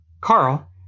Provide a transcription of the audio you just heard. Carl